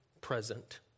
present